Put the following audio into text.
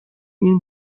این